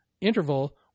interval